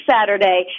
Saturday